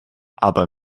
aber